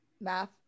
math